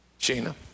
Sheena